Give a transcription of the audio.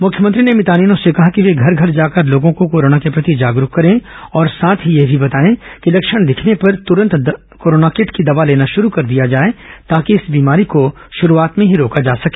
मुख्यमंत्री ने भितानिनों से कहा कि वे घर घर जाकर लोगों को कोरोना के प्रति जागरूक करें और साथ ही यह भी बताएं कि लक्षण दिखने पर तुरंत कोरोना किट की दवा लेना शुरू कर दिया जाए ताकि इस बीमारी को शुरुआत में ही रोका जा सके